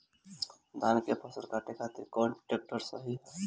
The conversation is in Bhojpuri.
धान के फसल काटे खातिर कौन ट्रैक्टर सही ह?